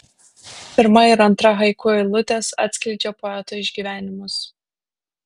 pirma ir antra haiku eilutės atskleidžia poeto išgyvenimus